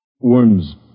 Worms